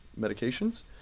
medications